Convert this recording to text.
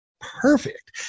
perfect